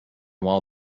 while